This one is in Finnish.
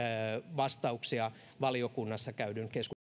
vastauksia valiokunnassa käydyn